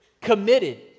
committed